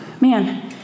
man